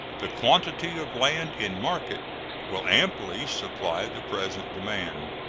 the quantity of land in market will amply supply the present demand.